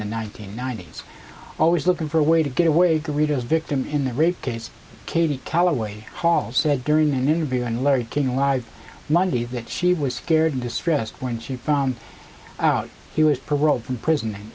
the nine hundred ninety s always looking for a way to get away greta is victim in the rape case katie callaway hall said during an interview on larry king live monday that she was scared and distressed when she found out he was paroled from prison